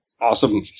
Awesome